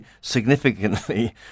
significantly